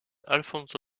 alfonso